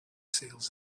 seals